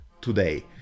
today